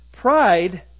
Pride